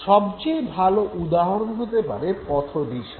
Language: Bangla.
সবচেয়ে ভাল উদাহরণ হতে পারে পথদিশা